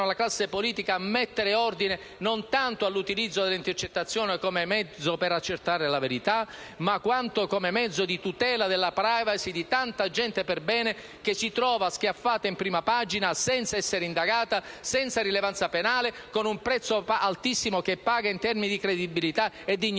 la classe politica a mettere ordine non tanto all'utilizzo delle intercettazioni come mezzo per accertare la verità, quanto come mezzo di tutela della *privacy* di tanta gente perbene, che si trova schiaffata in prima pagina senza essere indagata, senza rilevanza penale, con un prezzo altissimo che paga in termini di credibilità e dignità